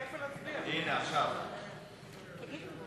(הצבת יוצאי צבא בשירות בתי-הסוהר) (תיקון מס'